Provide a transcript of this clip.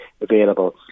available